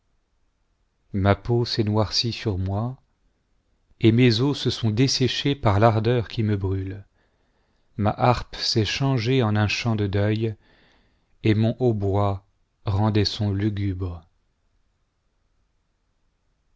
ma peau s'est noircie sur moi et mes os se sont desséchés par l'ardeur qui me brûle ma harpe s'est changée en un chant de deuil et mon hautbois rend des sons lugubres